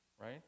right